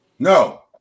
No